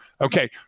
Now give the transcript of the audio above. Okay